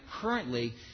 currently